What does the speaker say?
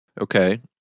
Okay